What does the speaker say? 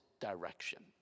direction